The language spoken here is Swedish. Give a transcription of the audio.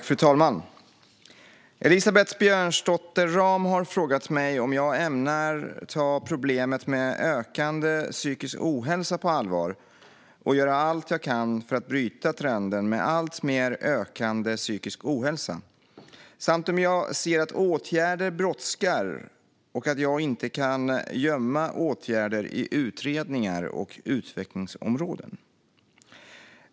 Fru talman! Elisabeth Björnsdotter Rahm har frågat mig om jag ämnar ta problemet med ökande psykisk ohälsa på allvar och göra allt jag kan för att bryta trenden med alltmer ökande psykisk ohälsa samt om jag ser att åtgärder brådskar och att jag inte kan gömma åtgärder i utredningar och utvecklingsområden.